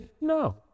no